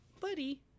buddy